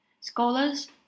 scholars